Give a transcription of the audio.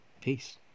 peace